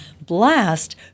blast